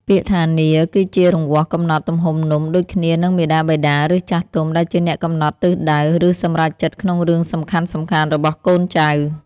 ពាក្យថានាឡិ គឺជារង្វាស់កំណត់ទំហំនំ ដូចគ្នានឹងមាតាបិតា ឬចាស់ទុំ ដែលជាអ្នកកំណត់ទិសដៅ ឬសម្រេចចិត្តក្នុងរឿងសំខាន់ៗរបស់កូនចៅ។